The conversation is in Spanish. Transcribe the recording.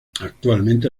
actualmente